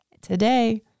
Today